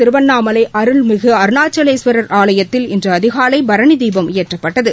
திருவண்ணாமலை அருள்மிகு அருணாச்சலேஸ்வர் ஆலயத்தில் இன்று அதிகாலை பரணி தீபம் ஏற்றப்பட்டது